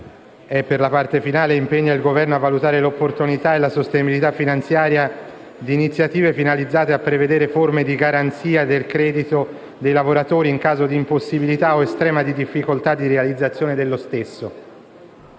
riformulata: «impegna il Governo a valutare l'opportunità e la sostenibilità finanziaria di iniziative finalizzate a prevedere forme di garanzia del credito dei lavoratori in caso di impossibilità o estrema difficoltà di realizzazione dello stesso.».